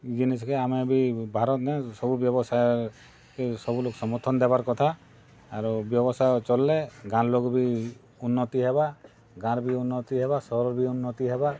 ଜିନିଷ୍ କେ ଆମେ ବି ଭାରନେ ସବୁ ବ୍ୟବସାୟ କେ ସବୁ ଲୋକ୍ ସମର୍ଥନ୍ ଦେବାର୍ କଥା ଆର୍ ବ୍ୟବସାୟ ଚଲ୍ଲେ ଗାଁ ଲୋକ୍ ବି ଉନ୍ନତି ହେବା ଗାଁର ବି ଉନ୍ନତି ହେବା ସହରର ବି ଉନ୍ନତି ହେବା